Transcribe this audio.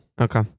Okay